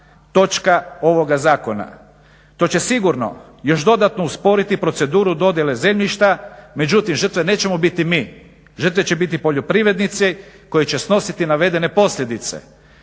To će sigurno još dodatno usporiti proceduru dodjele zemljišta, međutim žrtve nećemo biti mi, žrtve će biti poljoprivrednici koji će snositi navedene posljedice.